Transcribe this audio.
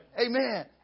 Amen